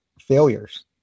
failures